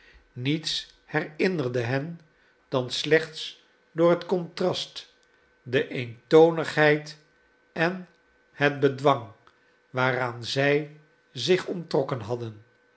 niets herinnerde hen dan slechts door het contrast de eentonigheid en het bedwang waaraan zij zich onttrokken hadden